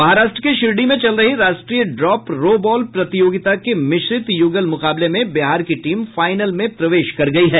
महाराष्ट्र के शिरडी में चल रही राष्ट्रीय ड्रॉप रोबॉल प्रतियोगिता के मिश्रित युगल मुकाबले में बिहार की टीम फाइनल में प्रवेश कर गयी है